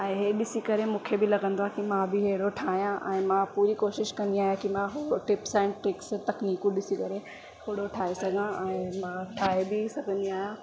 ऐं ही ॾिसी करे मूंखे लॻंदो आहे की मां बि अहिड़ो ठाहियां मां बि पूरी कोशिशि कंदी आहियां की मां हू टिप्स ऐं ट्रिक्स तकनीकूं ॾिसी करे ओहड़ो ठाहे सघां ऐं मां ठाहे बि सघंदी आहियां